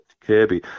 Kirby